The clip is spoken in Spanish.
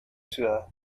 ciudad